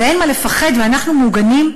ואין מה לפחד ואנחנו מוגנים,